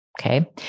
okay